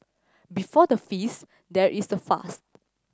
before the feast there is the fast